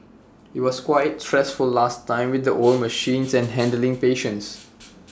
IT was quite stressful last time with the old machines and handling patients